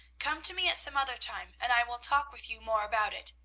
come to me at some other time, and i will talk with you more about it.